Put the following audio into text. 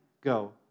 Go